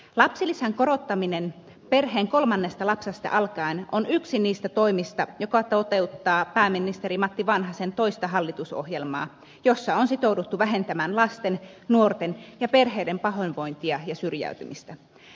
lapsilisän korottaminen perheen kolmannesta lapsesta alkaen on yksi niistä toimista jotka toteuttavat pääministeri matti vanhasen toista hallitusohjelmaa jossa on sitouduttu vähentämään lasten nuorten ja perheiden pahoinvointia ja syrjäytymistä